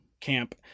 camp